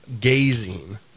gazing